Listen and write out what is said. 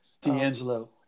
D'Angelo